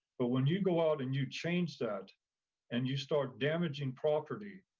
but when you go out and you change that and you start damaging property,